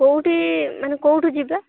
କେଉଁଠି ମାନେ କେଉଁଠି ଯିବା